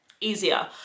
easier